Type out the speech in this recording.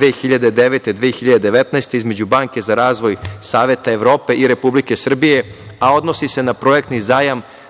2009 (2019) između Banke za razvoj Saveta Evrope i Republike Srbije, a odnosi se na projektni zajam